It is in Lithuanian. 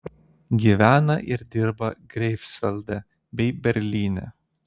gyvena ir dirba greifsvalde bei berlyne